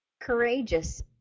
courageous